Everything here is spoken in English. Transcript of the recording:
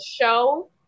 show